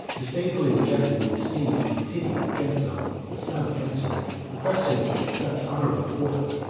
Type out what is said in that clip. disdainfully rejected the esteem and pity of genso, the son of genseric, who pressed him to accept honorable quarter,